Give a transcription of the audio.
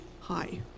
hi